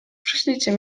przyślijcie